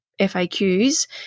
FAQs